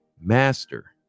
master